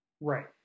right